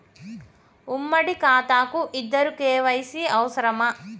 ఉమ్మడి ఖాతా కు ఇద్దరు కే.వై.సీ అవసరమా?